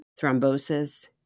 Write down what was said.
thrombosis